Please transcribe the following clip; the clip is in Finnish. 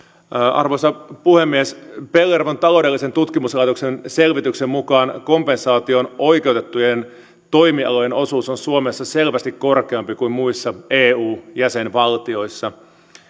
arvoisa puhemies pellervon taloudellisen tutkimuslaitoksen selvityksen mukaan kompensaatioon oikeutettujen toimialojen osuus on suomessa selvästi korkeampi kuin muissa eu jäsenvaltioissa